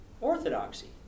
orthodoxy